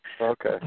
Okay